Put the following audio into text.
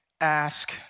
Ask